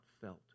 felt